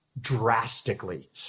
drastically